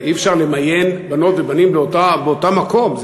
אי-אפשר למיין בנות ובנים באותו מקום,